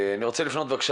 אני רוצה לפנות בבקשה